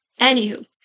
Anywho